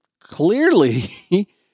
Clearly